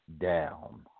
down